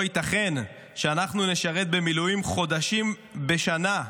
לא ייתכן שאנחנו נשרת במילואים חודשים בשנה,